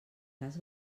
cas